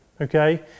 okay